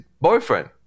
boyfriend